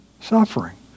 suffering